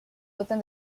within